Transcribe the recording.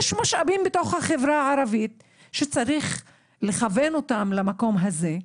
יש משאבים בתוך החברה הערבית שצריך לכוון אותם למקום הזה.